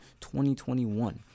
2021